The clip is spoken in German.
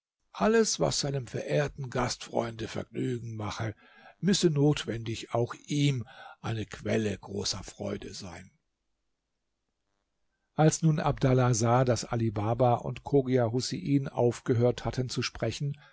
alles was seinem verehrten gastfreunde vergnügen mache müsse notwendig auch ihm eine quelle großer freude sein als nun abdallah sah daß ali baba und chogia husein aufgehört hatten zu sprechen